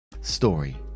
Story